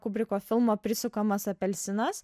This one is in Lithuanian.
kubriko filmą prisukamas apelsinas